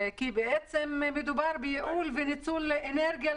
כי בעצם מדובר בייעול וניצול אנרגיה.